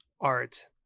art